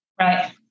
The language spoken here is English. right